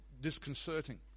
disconcerting